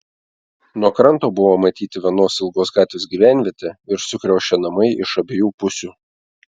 nuo kranto buvo matyti vienos ilgos gatvės gyvenvietė ir sukriošę namai iš abiejų pusių